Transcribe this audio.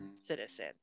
citizen